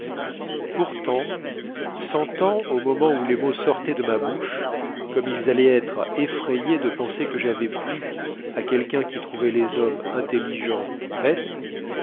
pourtant sentant au moment où les mots sortaient de ma bouche comme ils allaient être effrayés de penser que j'avais plu à quelqu'un qui trouvait les hommes intelligents bêtes